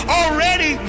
already